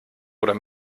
oder